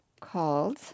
called